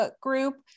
group